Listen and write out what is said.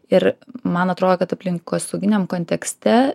ir man atrodo kad aplinkosauginiam kontekste